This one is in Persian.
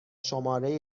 شماره